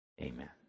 amen